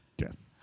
Yes